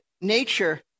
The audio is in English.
nature